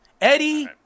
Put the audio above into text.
Eddie